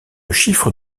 chiffre